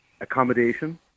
accommodation